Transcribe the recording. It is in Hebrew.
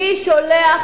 איזה כלים